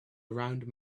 around